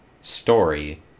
story